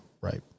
right